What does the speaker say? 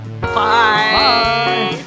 Bye